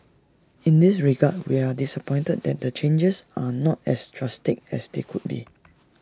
in this regard we are disappointed that the changes are not as drastic as they could be